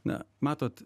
na matot